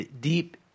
deep